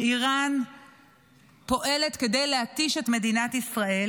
שאיראן פועלת כדי להתיש את מדינת ישראל.